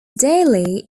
daley